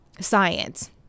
science